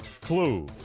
clue